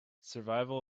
survival